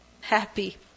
Happy